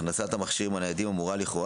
הכנסת המכשירים הניידים אמורה לכאורה